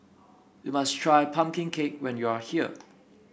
you must try pumpkin cake when you are here